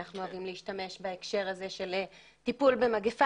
אנחנו אוהבים להשתמש בהקשר הזה של טיפול במגפה.